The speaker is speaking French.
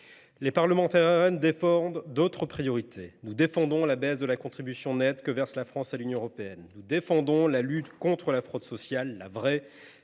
Rassemblement national défendent d’autres priorités. Nous défendons la baisse de la contribution nette que verse la France à l’Union européenne. Nous défendons la lutte contre la fraude sociale, la vraie,